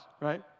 right